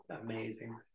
amazing